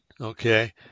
Okay